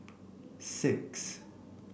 six